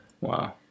Wow